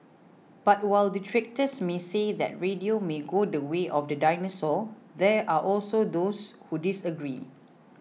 but while detractors may say that radio may go the way of the dinosaur there are also those who disagree